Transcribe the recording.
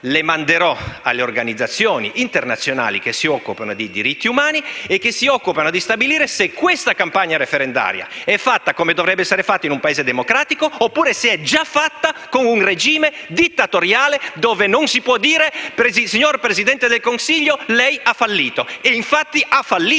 Alfano, alle organizzazioni internazionali che si occupano di diritti umani e di stabilire se l'attuale campagna referendaria è fatta come dovrebbe essere in un Paese democratico, oppure se ci troviamo già in un regime dittatoriale dove non si può dire: "Signor Presidente del Consiglio, lei ha fallito". Renzi, infatti, ha fallito